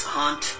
hunt